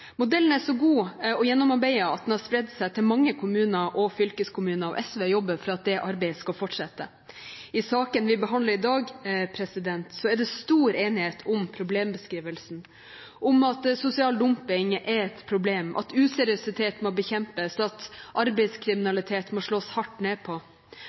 Modellen er så god og gjennomarbeidet at den har spredt seg til mange kommuner og fylkeskommuner, og SV jobber for at det arbeidet skal fortsette. I saken vi behandler i dag, er det stor enighet om problembeskrivelsen: at sosial dumping er et problem, at useriøsitet må bekjempes, og at det må slås hardt ned på